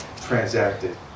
transacted